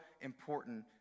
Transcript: important